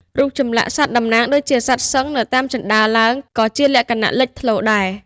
រូបចម្លាក់សត្វតំណាងដូចជា សត្វសិង្ហ នៅតាមជណ្ដើរឡើង ក៏ជាលក្ខណៈលេចធ្លោដែរ។